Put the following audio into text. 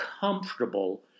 comfortable